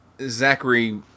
Zachary